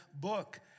book